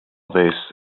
this